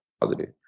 positive